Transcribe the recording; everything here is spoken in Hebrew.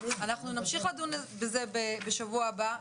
אנחנו נמשיך לדון בזה בשבוע הבא.